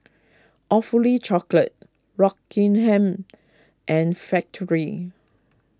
Awfully Chocolate Rockingham and Factorie